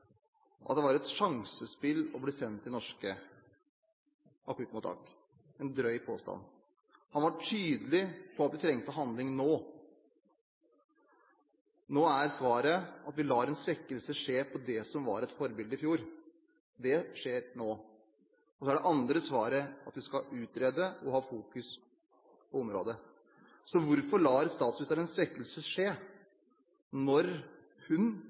at det var et sjansespill å bli sendt til norske akuttmottak – en drøy påstand. Han var tydelig på at vi trengte handling nå. Nå er svaret at vi lar en svekkelse skje på det som var et forbilde i fjor. Det skjer nå. Så er det andre svaret at man skal utrede og ha fokus på området. Hvorfor lar statsministeren en svekkelse skje når hun